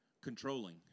Controlling